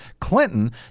Clinton